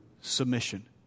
submission